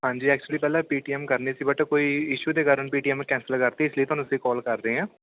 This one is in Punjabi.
ਹਾਂਜੀ ਐਕਚੁਲੀ ਪਹਿਲਾਂ ਪੀ ਟੀ ਐੱਮ ਕਰਨੀ ਸੀ ਬਟ ਕੋਈ ਇਸ਼ੂ ਦੇ ਕਾਰਨ ਪੀ ਟੀ ਐੱਮ ਕੈਂਸਲ ਕਰਤੀ ਇਸ ਲਈ ਤੁਹਾਨੂੰ ਅਸੀਂ ਕਾਲ ਕਰ ਰਹੇ ਹਾਂ